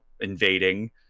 invading